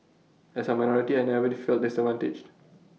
as A minority I never the felt disadvantaged